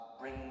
bring